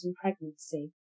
pregnancy